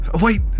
Wait